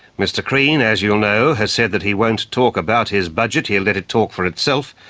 mr crean, as you'll know, has said that he won't talk about his budget, he'll let it talk for itself,